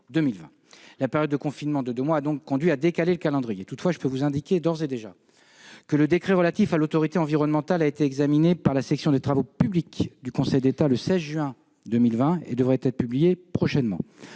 La période de confinement de deux mois a donc conduit à décaler le calendrier. Toutefois, je peux d'ores et déjà vous indiquer que le décret relatif à l'autorité environnementale a été examiné par la section des travaux publics du Conseil d'État le 16 juin 2020 et devrait être publié prochainement